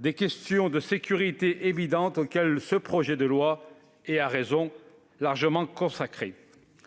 des questions de sécurité évidentes auxquelles ce projet de loi est, à raison, largement consacré.